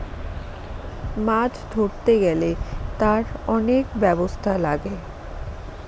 মাছ ধরতে গেলে তার অনেক ব্যবস্থা লাগে